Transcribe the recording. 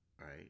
right